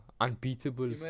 unbeatable